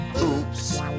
oops